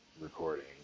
recording